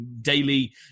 daily